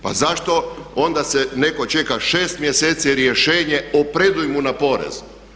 Pa zašto onda netko čeka 6 mjeseci rješenje o predujmu na porez?